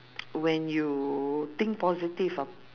when you think positive ah